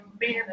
man